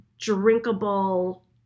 drinkable